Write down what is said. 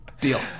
Deal